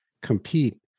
compete